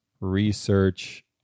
research